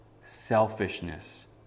selfishness